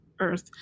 earth